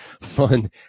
fun